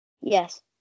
Yes